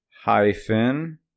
hyphen